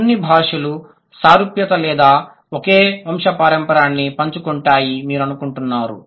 అన్ని భాషలు సారూప్యత లేదా ఒకే వంశపారంపరాన్ని పంచుకుంటాయి మీరు అనుకుంటున్నారా